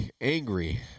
angry